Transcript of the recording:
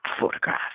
photograph